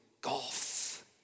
Golf